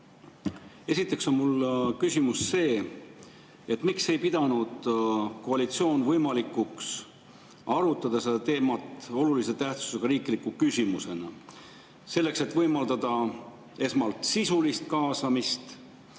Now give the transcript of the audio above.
Esiteks on mul küsimus, miks ei pidanud koalitsioon võimalikuks arutada seda teemat olulise tähtsusega riikliku küsimusena, selleks et võimaldada esmalt sisulist kaasamist